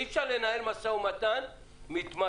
אי אפשר לנהל משא ומתן מתמשך